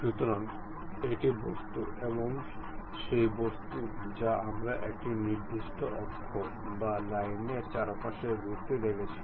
সুতরাং এটি বস্তু এবং সেই বস্তু যা আমরা একটি নির্দিষ্ট অক্ষ বা লাইনের চারপাশে ঘুরতে দেখেছি